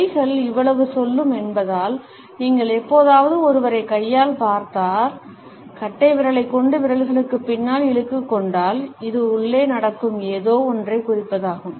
கைகள் இவ்வளவு சொல்லும் என்பதால் நீங்கள் எப்போதாவது ஒருவரைக் கையால் பார்த்தால் கட்டைவிரலைக் கொண்டு விரல்களுக்குப் பின்னால் இழுத்துக் கொண்டால் இது உள்ளே நடக்கும் ஏதோ ஒன்றைக் குறிப்பதாகும்